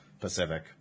Pacific